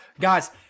Guys